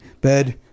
bed